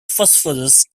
phosphorus